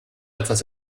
etwas